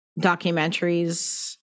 documentaries